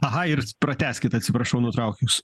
aha ir pratęskit atsiprašau nutraukiau jus